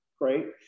Great